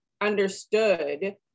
understood